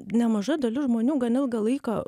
nemaža dalis žmonių gan ilgą laiką